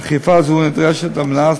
אכיפה זו נדרשת על מנת